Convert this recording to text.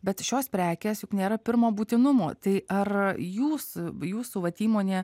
bet šios prekės juk nėra pirmo būtinumo tai ar jūs jūsų vat įmonė